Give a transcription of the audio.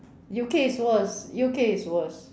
U_K is worse U_K is worse